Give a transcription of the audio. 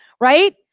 right